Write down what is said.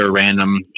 random